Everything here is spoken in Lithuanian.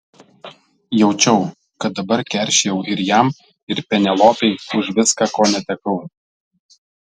jaučiau kad dabar keršijau ir jam ir penelopei už viską ko netekau